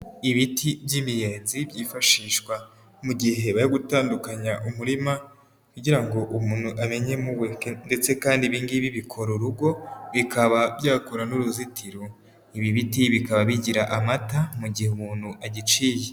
Ibiti by'imiyenzi byifashishwa mu gihe bari gutandukanya umurima kugira ngo umuntu amenye mu we ndetse kandi ibi ngibi bibikora urugo, bikaba byakora n'uruzitiro. Ibi biti bikaba bigira amata mu gihe umuntu agiciye.